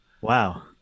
wow